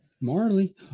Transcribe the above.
Marley